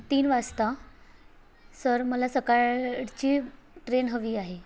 तीन वाजता सर मला सकाळची ट्रेन हवी आहे